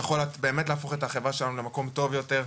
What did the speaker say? יכול באמת להפוך את החברה שלנו למקום טוב יותר,